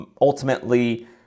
ultimately